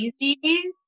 easy